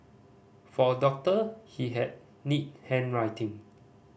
for a doctor he had neat handwriting